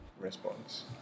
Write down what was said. response